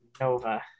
Nova